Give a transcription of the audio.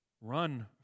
run